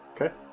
Okay